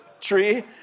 tree